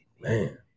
Man